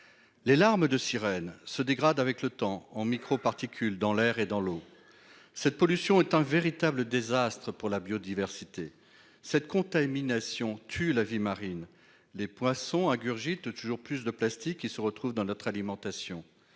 Les larmes de sirène se dégradent avec le temps en microparticules dans l'air et dans l'eau. Cette pollution est un véritable désastre pour la biodiversité. La contamination tue la vie marine. Les poissons ingurgitent toujours plus de plastique, qui se retrouve ensuite dans notre alimentation.